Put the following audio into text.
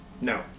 No